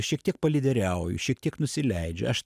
šiek tiek palyderiauju šiek tiek nusileidžiu aš